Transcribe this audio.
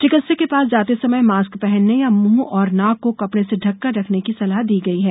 चिकित्सक के पास जाते समय मास्क पहनने या मुंह और नाक को कपड़े से ढककर रखने की सलाह दी गई है